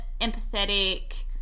empathetic